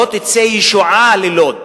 לא תצא ישועה ללוד,